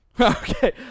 Okay